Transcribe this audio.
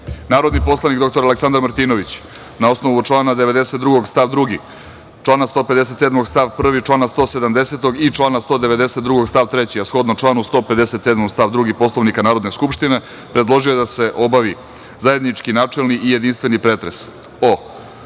medije. Narodni poslanik dr Aleksandar Martinović, na osnovu člana 92. stav 2, člana 157. stav 1, člana 170. i člana 192. stav 3, a shodno članu 157. stav 2. Poslovnika Narodne skupštine, predložio je da se obavi zajednički, načelni i jedinstveni pretres